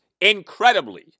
Incredibly